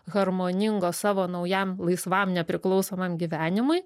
harmoningo savo naujam laisvam nepriklausomam gyvenimui